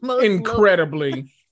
Incredibly